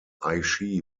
aichi